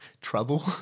Trouble